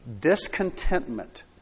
discontentment